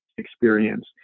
experience